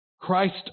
Christ